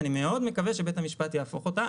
אני מאוד מקווה שבית המשפט יהפוך אותה,